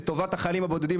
לטובת החיילים הבודדים,